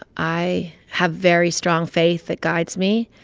i have very strong faith that guides me.